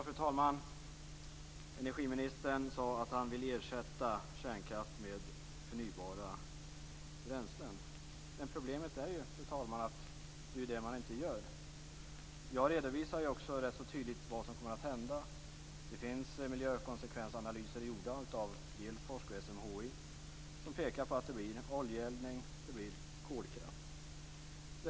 Fru talman! Energiministern sade att han ville ersätta kärnkraft med förnybara bränslen. Men problemet är ju, fru talman, att man inte gör det. Jag redovisar också rätt så tydligt vad som kommer att hända. Det finns miljökonsekvensanalyser gjorda av Elforsk och SMHI som pekar på att det blir oljeeldning och det blir kolkraft.